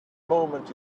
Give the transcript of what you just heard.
moment